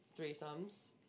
threesomes